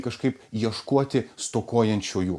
kažkaip ieškoti stokojančiųjų